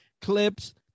clips